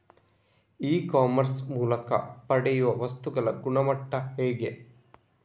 E commerce ಮೂಲಕ ಪಡೆಯುವ ವಸ್ತುಗಳ ಗುಣಮಟ್ಟ ಹೇಗೆ?